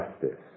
justice